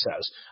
says